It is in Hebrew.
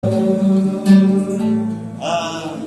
אוהב